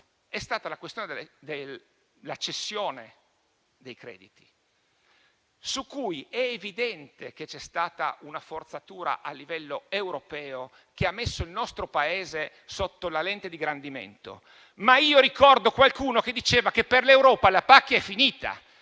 è stata la cessione dei crediti, su cui è evidente che c'è stata una forzatura a livello europeo che ha messo il nostro Paese sotto la lente di ingrandimento, ma ricordo che qualcuno diceva che per l'Europa la pacchia era finita,